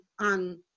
on